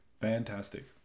Fantastic